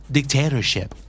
Dictatorship